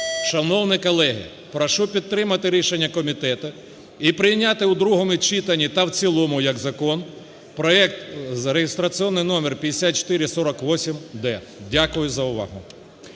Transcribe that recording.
Шановні колеги, прошу підтримати рішення комітету і прийняти у другому читанні та в цілому як закон проект реєстраційний номер 5448-д. Дякую за увагу.